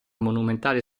monumentale